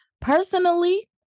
Personally